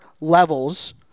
levels